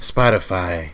Spotify